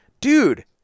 dude